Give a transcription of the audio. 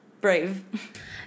brave